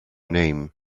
name